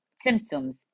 symptoms